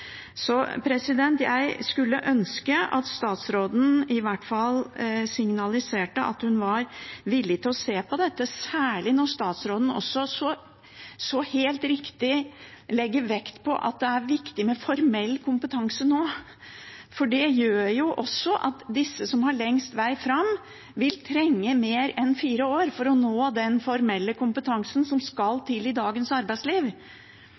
Jeg skulle ønske at statsråden i hvert fall signaliserte at hun var villig til å se på dette, særlig når statsråden – så helt riktig – legger vekt på at det nå er viktig med formell kompetanse. For det gjør jo at disse som har lengst vei fram, vil trenge mer enn fire år for å nå den formelle kompetansen som skal til i dagens arbeidsliv.